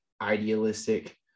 idealistic